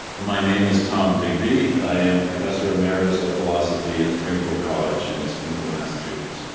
my name is tom digby. i am professor emeritus of philosophy at springfield college in springfield, massachusetts.